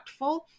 impactful